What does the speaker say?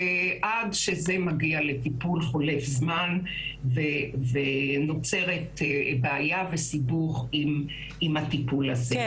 ועד שזה מגיע לטיפול חולף זמן ונוצרת בעיה וסיבוך עם הטיפול הזה.